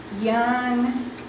young